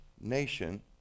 nation